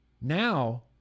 Now